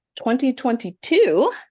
2022